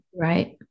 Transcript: Right